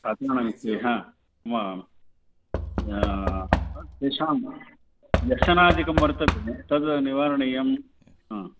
आत्मनः विषये हा वा तेषां वेशनादिकं वर्तते तद् निवारणीयं हा